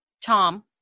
Tom